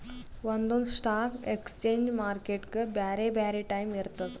ಒಂದೊಂದ್ stock exchange ಮಾರ್ಕೆಟ್ಗ್ ಬ್ಯಾರೆ ಬ್ಯಾರೆ ಟೈಮ್ ಇರ್ತದ್